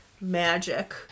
magic